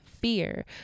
fear